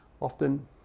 Often